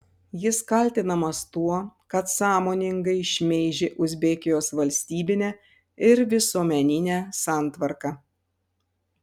jis kaltinamas tuo kad sąmoningai šmeižė uzbekijos valstybinę ir visuomeninę santvarką